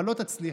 הצלחתנו.